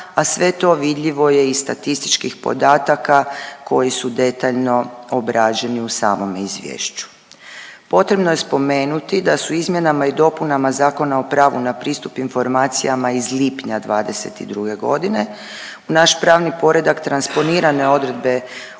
a sve to vidljivo je iz statističkih podataka koji su detaljno obrađeni u samome izvješću. Potrebno je spomenuti da su izmjenama i dopunama Zakona o pravu na pristup informacijama iz lipnja 2022. godine u naš pravni poredak transponirane odredbe